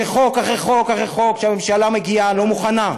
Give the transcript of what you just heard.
זה חוק אחרי חוק אחרי חוק שהממשלה מגיעה לא מוכנה,